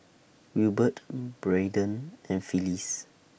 Wilbert Braeden and Phylis